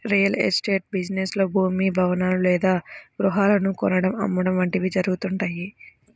real estate business లో భూమి, భవనాలు లేదా గృహాలను కొనడం, అమ్మడం వంటివి జరుగుతుంటాయి